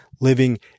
living